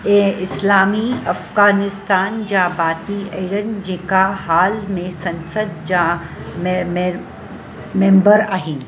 ए इस्लामी अफ़गानिस्तान जा भाती आहिनि जेका हाल में संसद जा मे मे मेम्बरु आहिनि